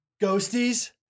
Ghosties